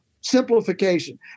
simplification